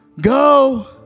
Go